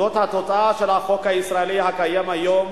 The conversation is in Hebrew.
זאת התוצאה של החוק הישראלי הקיים היום